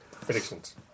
Predictions